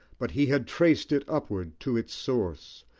but he had traced it upward to its source,